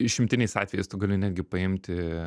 išimtiniais atvejais tu gali netgi paimti